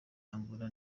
angola